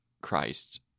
Christ